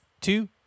two